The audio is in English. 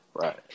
Right